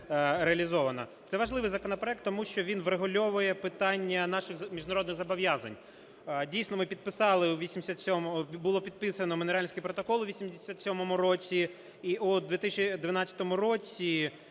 Це важливий законопроект, тому що він врегульовує питання наших міжнародних зобов'язань. Дійсно, ми підписали у 87-му… було підписано Монреальський протокол у 87-му році, і у 2012 році